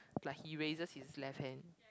like he raises his left hand